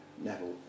Neville